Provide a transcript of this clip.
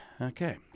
okay